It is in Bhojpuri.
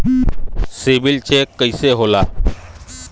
सिबिल चेक कइसे होला?